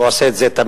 הוא עושה את זה תמיד.